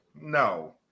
no